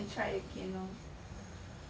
拿来配水的那种